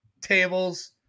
tables